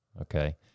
okay